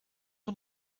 van